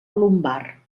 lumbar